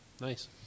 Nice